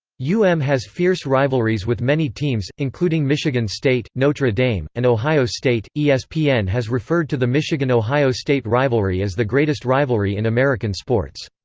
u m has fierce rivalries with many teams, including michigan state, notre dame, and ohio state yeah espn has referred to the michigan-ohio state rivalry as the greatest rivalry in american sports.